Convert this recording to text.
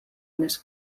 més